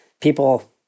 people